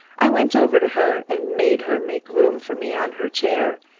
i went over to her and made her make room for me on her chair,